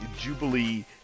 Jubilee